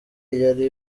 yari